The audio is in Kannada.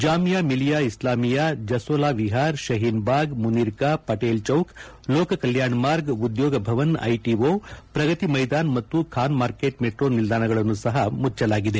ಜಾಮಿಯಾ ಮಿಲಿಯಾ ಇಸ್ಲಾಮಿಯಾ ಜಸೋಲಾ ವಿಹಾರ್ ಶಹೀನ್ ಬಾಗ್ ಮುನೀರ್ಕಾ ಪಟೇಲ್ ಚೌಕ್ ಲೋಕ ಕಲ್ಯಾಣ ಮಾರ್ಗ್ ಉದ್ಯೋಗ ಭವನ ಐಟಿಒ ಪ್ರಗತಿ ಮೈದಾನ್ ಮತ್ತು ಖಾನ್ ಮಾರ್ಕೆಟ್ ಮೆಟ್ರೋ ನಿಲ್ದಾಣಗಳನ್ನು ಸಹ ಮುಚ್ಚಲಾಗಿದೆ